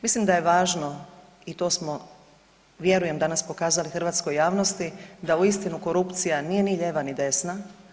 Mislim da je važno i to smo vjerujem danas pokazali hrvatskoj javnosti da uistinu korupcija nije ni lijeva ni desna.